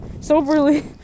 Soberly